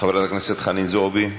חברת הכנסת חנין זועבי,